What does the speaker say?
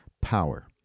power